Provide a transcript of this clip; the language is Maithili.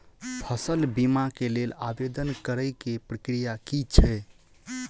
फसल बीमा केँ लेल आवेदन करै केँ प्रक्रिया की छै?